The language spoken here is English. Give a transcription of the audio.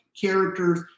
characters